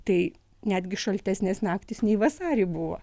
tai netgi šaltesnės naktys nei vasarį buvo